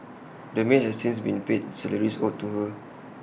the maid has since been paid salaries owed to her